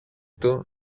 του